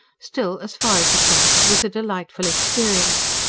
still, as far as it went, it was a delightful experience.